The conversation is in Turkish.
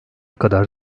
kadar